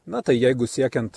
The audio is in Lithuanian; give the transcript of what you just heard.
na tai jeigu siekiant